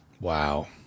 Wow